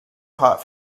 hot